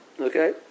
Okay